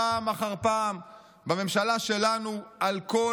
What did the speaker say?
פעם אחר פעם בממשלה שלנו על כל